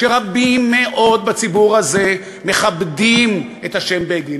שרבים מאוד בציבור הזה מכבדים את השם בגין,